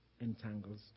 entangles